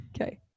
Okay